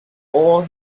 all